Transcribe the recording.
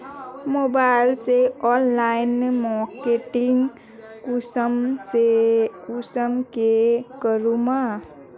Mobile से online marketing कुंसम के करूम?